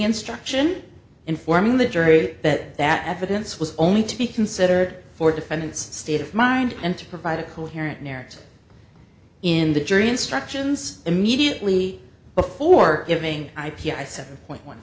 instruction informing the jury that that evidence was only to be considered for defendant's state of mind and to provide a coherent narrative in the jury instructions immediately before giving i p i seven point one